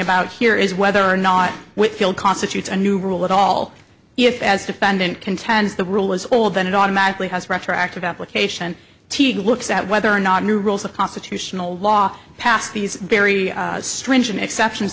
about here is whether or not whitfield constitutes a new rule at all if as defendant contends the rule was all then it automatically has retroactive application teague looks at whether or not new rules of constitutional law passed these very stringent exceptions